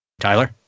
Tyler